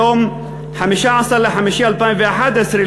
מיום 15 במאי 2011,